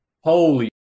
holy